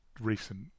recent